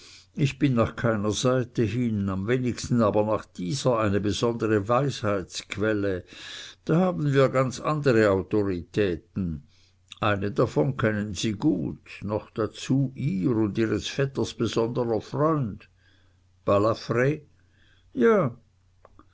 ich bin nach keiner seite hin am wenigsten aber nach dieser eine besondere weisheitsquelle da haben wir ganz andere autoritäten eine davon kennen sie gut noch dazu ihr und ihres vetters besonderer freund balafr ja